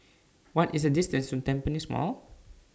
What IS The distance to Tampines Mall